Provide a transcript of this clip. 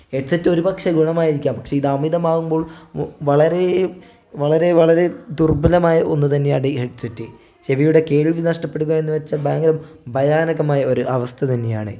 headset ഒരുപക്ഷേ ഗുണമായിരിക്കാം പക്ഷേ ഇത് അമിതമാവുമ്പോൾ വളരെ വളരെ വളരെ ദുർബലമായ ഒന്നു തന്നെയാണ് ഈ ഹെഡ്സെറ്റ് ചെവിയുടെ കേൾവി നഷ്ടപ്പെടുക എന്ന് വെച്ചാൽ ഭയങ്കര ഭയാനകമായ ഒരു അവസ്ഥ തന്നെയാണ്